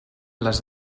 les